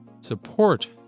support